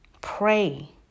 Pray